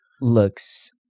looks